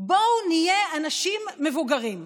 בואו נהיה אנשים מבוגרים,